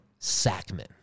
Sackman